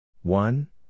One